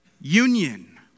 union